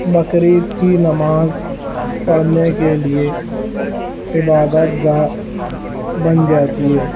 بقرعید کی نماز پڑھنے کے لیے عبادت گاہ بن جاتی ہے